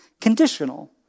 conditional